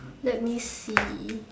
let me see